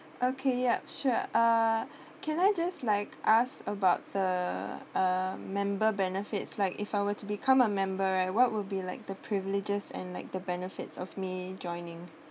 okay yup sure uh can I just like ask about the uh member benefits like if I were to become a member right what will be like the privileges and like the benefits of me joining